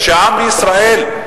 כשהעם בישראל,